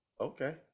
Okay